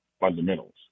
fundamentals